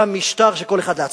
קם משטר של כל אחד לעצמו.